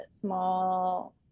small